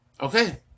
okay